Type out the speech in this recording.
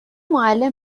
معلم